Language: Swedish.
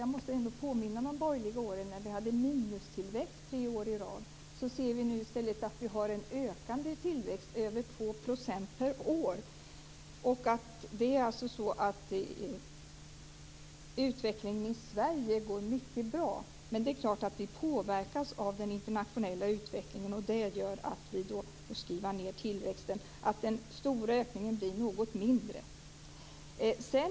Jag måste påminna om de borgerliga regeringsåren då vi hade minus i fråga om tillväxten tre år i rad. Nu ser vi i stället att tillväxten ökar, över 2 % per år. Och utvecklingen i Sverige går mycket bra. Men det är klart att vi påverkas av den internationella utvecklingen och att det gör att vi får skriva ned den förväntade tillväxten - den stora ökningen blir något mindre.